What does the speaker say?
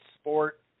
sport